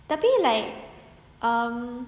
tapi like um